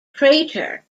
crater